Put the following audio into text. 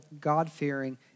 God-fearing